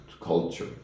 culture